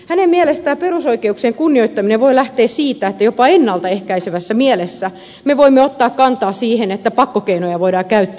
hänen mielestään perusoikeuksien kunnioittaminen voi lähteä siitä että jopa ennalta ehkäisevässä mielessä me voimme ottaa kantaa siihen että pakkokeinoja voidaan käyttää